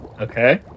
Okay